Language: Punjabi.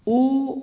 ਉਹ